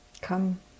Come